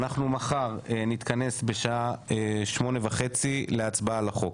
אנחנו מחר תתכנס בשעה 08:30 להצבעה על החוק.